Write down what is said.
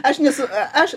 aš nesu aš